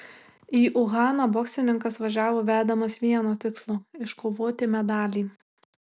į uhaną boksininkas važiavo vedamas vieno tikslo iškovoti medalį